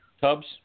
tubs